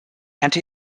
anti